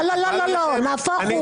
לא לא, נהפוך הוא.